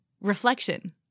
reflection